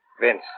Vince